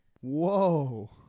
Whoa